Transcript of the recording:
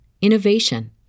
innovation